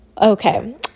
okay